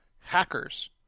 Hackers